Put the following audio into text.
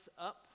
up